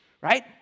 right